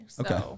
Okay